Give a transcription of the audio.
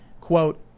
quote